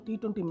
T20